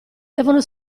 devono